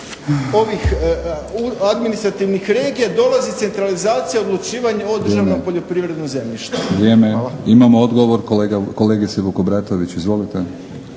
ovih administrativnih regija dolazi centralizacija odlučivanja o državnom poljoprivrednom zemljištu. Hvala. **Batinić, Milorad